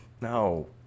No